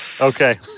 Okay